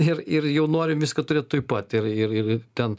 ir ir jau norim viską turėt taip pat ir ir ir ten